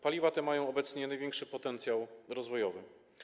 Paliwa te mają obecnie największy potencjał rozwojowy.